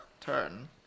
turn